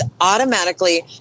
automatically